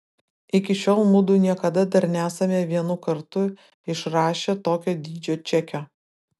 iki šiol mudu niekada dar nesame vienu kartu išrašę tokio dydžio čekio